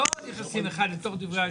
לא נכנסים אחד בדברי השני.